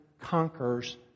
conquers